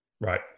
Right